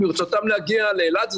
ברצותם להגיע לאילת.